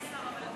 אבל,